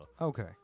Okay